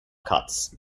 cuts